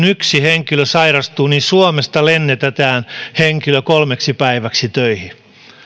yksi henkilö sairastuu niin suomesta lennätetään henkilö kolmeksi päiväksi töihin